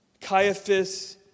Caiaphas